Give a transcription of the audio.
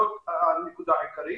זאת הנקודה העיקרית,